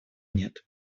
нет